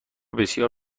بسیار